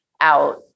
out